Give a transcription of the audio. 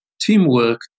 teamwork